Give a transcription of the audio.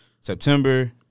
September